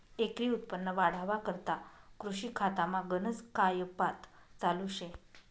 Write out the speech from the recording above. एकरी उत्पन्न वाढावा करता कृषी खातामा गनज कायपात चालू शे